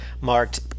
marked